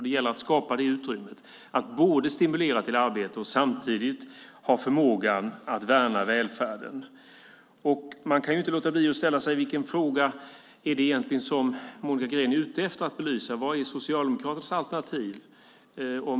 Det gäller att skapa utrymme att både stimulera till arbete och ha förmåga att värna välfärden. Man kan inte låta bli att undra vilken fråga Monica Green är ute efter att belysa. Vad är Socialdemokraternas alternativ?